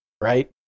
right